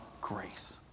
grace